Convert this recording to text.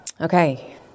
Okay